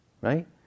right